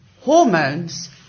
hormones